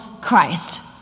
Christ